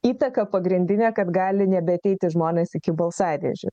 įtaka pagrindinė kad gali nebeateiti žmonės iki balsadėžių